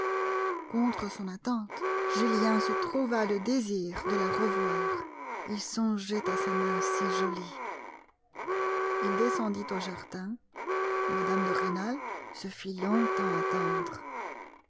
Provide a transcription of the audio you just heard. contre son attente julien se trouva le désir de la revoir il songeait à sa main si jolie il descendit au jardin mme de rênal se fit longtemps attendre